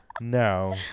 No